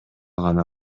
гана